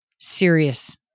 Serious